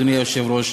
אדוני היושב-ראש,